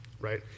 Right